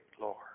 Lord